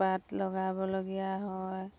পাত লগাবলগীয়া হয়